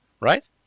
right